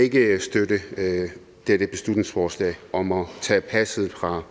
ikke støtte dette beslutningsforslag om at tage passet fra